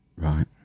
right